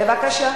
בבקשה.